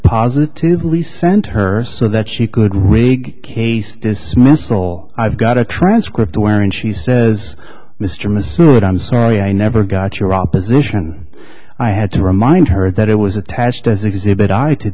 positively sent her so that she could rig case dismissal i've got a transcript wherein she says mr masoud i'm sorry i never got your opposition i had to remind her that it was attached as exhibit i to